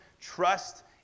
trust